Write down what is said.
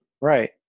Right